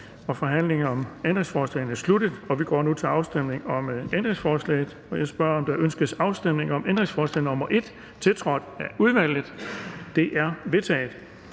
forhandlingen om ændringsforslaget er sluttet, og vi går nu til afstemning om ændringsforslaget. Kl. 15:50 Afstemning Den fg. formand (Erling Bonnesen): Ønskes afstemning om ændringsforslag nr. 1, tiltrådt af udvalget? Det er vedtaget.